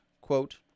Quote